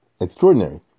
extraordinary